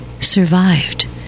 survived